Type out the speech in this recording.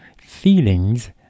feelings